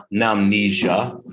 Amnesia